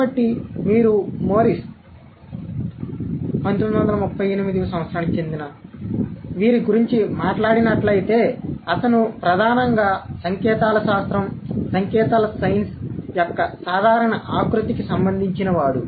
కాబట్టి మీరు మోరిస్ 1938 గురించి మాట్లాడినట్లయితే అతను ప్రధానంగా సంకేతాల శాస్త్రంసంకేతాల సైన్స్ యొక్క సాధారణ ఆకృతికి సంబంధించినవాడు